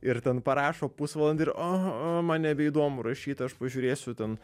ir ten parašo pusvalandį ir o o man nebeįdomu rašyt aš pažiūrėsiu ten